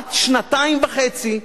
בת שנתיים וחצי.